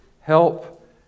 help